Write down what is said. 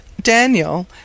Daniel